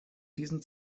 diesem